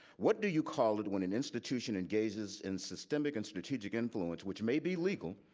what do you call it when an institution engages in systemic and strategic influence, which may be legal,